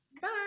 Bye